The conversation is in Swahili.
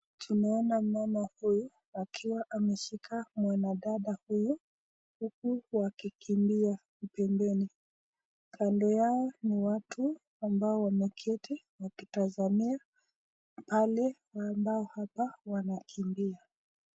Tunaona mama huyu akiwa ameshika mwanadada huyu huku wakikimbia pembeni kando yao ni watu ambao wameketi wakitazamia wale ambao hapa wanakimbia.